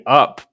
up